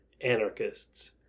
anarchists